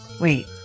wait